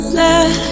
let